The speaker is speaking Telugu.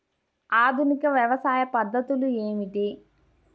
ఆధునిక వ్యవసాయ పద్ధతులు ఏమిటి?